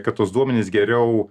kad tuos duomenis geriau